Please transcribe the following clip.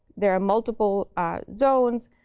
there are multiple zones.